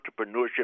entrepreneurship